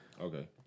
Okay